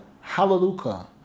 Hallelujah